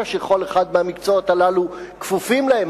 שכל אחד מבעלי המקצועות הללו כפופים להן,